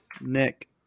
Nick